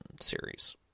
series